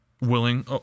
willing